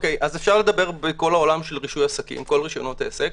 כל רשיונות עסק.